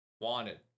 Wanted